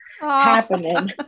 happening